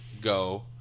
go